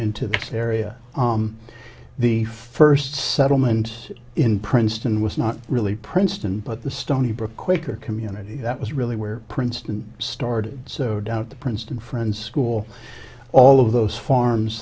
into this area the first settlements in princeton was not really princeton but the stony brook quaker community that was really where princeton started so doubt the princeton friends school all of those farms